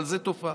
אבל זו תופעה.